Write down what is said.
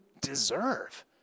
deserve